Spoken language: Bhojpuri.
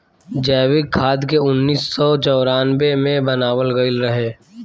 जैविक खाद के उन्नीस सौ चौरानवे मे बनावल गईल रहे